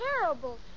terrible